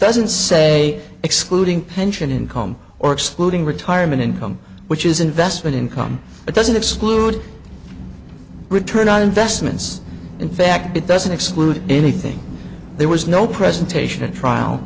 doesn't say excluding pension income or excluding retirement income which is investment income it doesn't exclude return on investments in fact it doesn't exclude anything there was no presentation at trial